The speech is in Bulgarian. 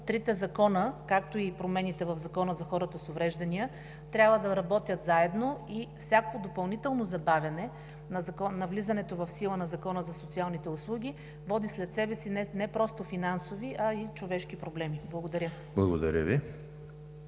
трите закона, както и промените в Закона за хората с увреждания, трябва да работят заедно и всяко допълнително забавяне на влизането в сила на Закона за социалните услуги води след себе си не просто финансови, а и човешки проблеми. Благодаря. ПРЕДСЕДАТЕЛ